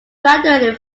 graduated